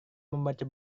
membaca